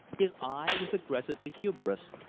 his eye was aggressively humorous,